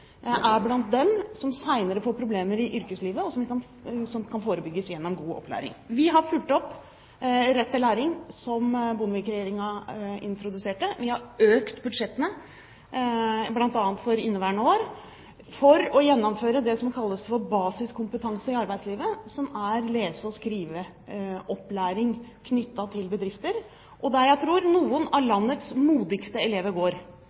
er blant dem som senere får problemer i yrkeslivet, noe som kan forebygges gjennom god opplæring. Vi har fulgt opp retten til opplæring, som Bondevik-regjeringen introduserte. Vi har økt budsjettene – bl.a. for inneværende år – for å gjennomføre det som kalles Program for basiskompetanse i arbeidslivet, som er lese- og skriveopplæring knyttet til bedrifter. Og her tror jeg noen av landets modigste elever går.